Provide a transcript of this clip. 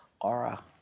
aura